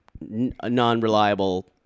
non-reliable